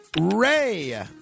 Ray